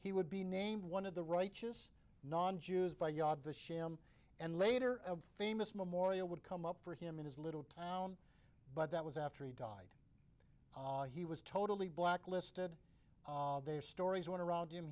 he would be named one of the righteous non jews by yob the sham and later famous memorial would come up for him in his little town but that was after he died he was totally black listed their stories going around him